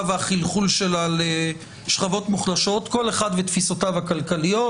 והחלחול שלה לשכבות מוחלשות כל אחד ותפיסותיו הכלכליות